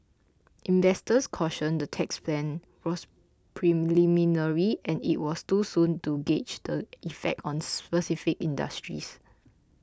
investors cautioned the tax plan was preliminary and it was too soon to gauge the effect on specific industries